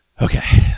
Okay